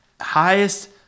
Highest